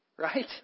Right